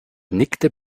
nickte